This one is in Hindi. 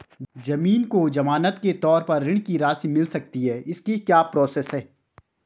ज़मीन को ज़मानत के तौर पर ऋण की राशि मिल सकती है इसकी क्या प्रोसेस है?